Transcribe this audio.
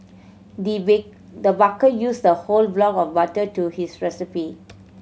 the the baker used a whole block of butter to his recipe